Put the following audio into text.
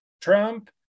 Trump